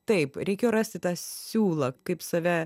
taip reikėjo rasti tą siūlą kaip save